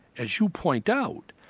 as you point out,